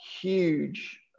huge